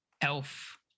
elf